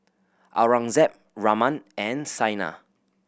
Aurangzeb Raman and Saina